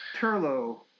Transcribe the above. Turlo